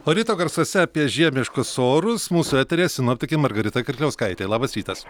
o ryto garsuose apie žiemiškus orus mūsų eteryje sinoptikė margarita kirkliauskaitė labas rytas